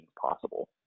possible